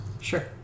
Sure